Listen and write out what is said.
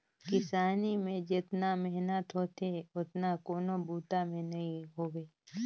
किसानी में जेतना मेहनत होथे ओतना कोनों बूता में नई होवे